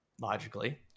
logically